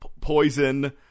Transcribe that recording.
poison